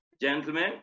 Gentlemen